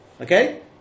Okay